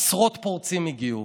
עשרות פורצים הגיעו,